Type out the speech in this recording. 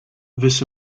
this